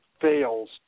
fails